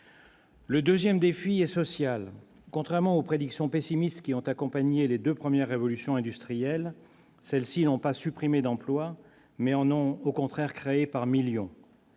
Le deuxième défi est social. Contrairement aux prédictions pessimistes qui ont accompagné les deux premières révolutions industrielles, celles-ci, loin d'avoir supprimé des emplois, en ont au contraire créé par millions.